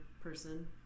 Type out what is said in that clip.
person